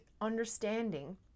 understanding